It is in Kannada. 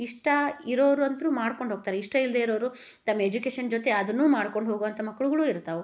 ಇಷ್ಟ ಇರೋವ್ರ್ ಅಂತೂ ಮಾಡಿಕೊಂಡೋಗ್ತಾರೆ ಇಷ್ಟ ಇಲ್ಲದೇ ಇರೋವ್ರು ತಮ್ಮ ಎಜುಕೇಶನ್ ಜೊತೆ ಅದನ್ನು ಮಾಡ್ಕೊಂಡು ಹೋಗುವಂಥ ಮಕ್ಕಳುಗಳು ಇರ್ತಾವೆ